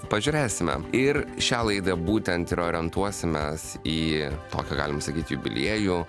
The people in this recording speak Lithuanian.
pažiūrėsime ir šią laidą būtent ir orientuosimės į tokią galim sakyt jubiliejų